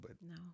No